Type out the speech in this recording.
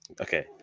okay